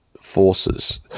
forces